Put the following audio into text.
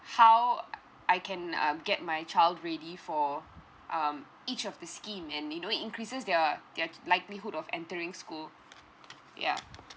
how I can uh get my child ready for um each of the scheme and you know increases their their likelihood of entering school yeah